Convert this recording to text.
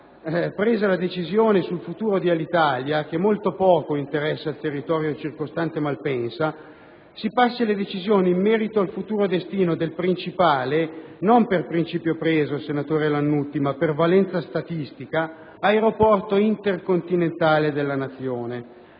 presa la decisione sul futuro di Alitalia (che molto poco interessa il territorio circostante Malpensa), si passi alle decisioni in merito al futuro destino del principale - non per principio preso, senatore Lannutti, ma per valenza statistica - aeroporto intercontinentale della Nazione.